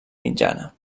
mitjana